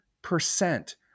percent